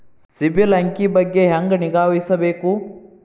ಸಿಬಿಲ್ ಅಂಕಿ ಬಗ್ಗೆ ಹೆಂಗ್ ನಿಗಾವಹಿಸಬೇಕು?